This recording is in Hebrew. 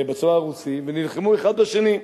ונלחמו אחד בשני.